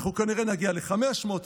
ואנחנו כנראה נגיע ל-500,